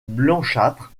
blanchâtres